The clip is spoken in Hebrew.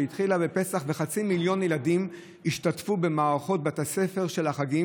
שהתחילה בפסח בחצי מיליון ילדים שהשתתפו במערכות בית הספר של החגים,